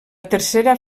tercera